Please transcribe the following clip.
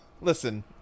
Listen